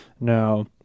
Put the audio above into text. No